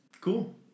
Cool